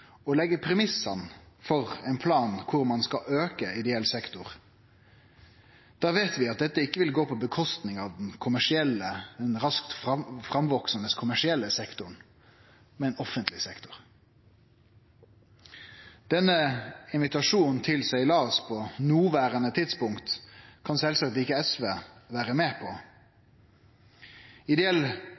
plan der ein skal auke ideell sektor – da veit vi at dette ikkje vil gå ut over den raskt framveksande kommersielle sektoren, men offentleg sektor. Denne invitasjonen til seilas på noverande tidspunkt kan sjølvsagt ikkje SV vere med på.